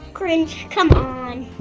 grinch, come on.